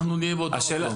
אנחנו נהיה באותו מקום.